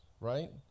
Right